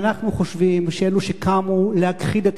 אנחנו חושבים שאלה שקמו להכחיד את